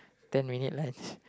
ten minutes less